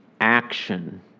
action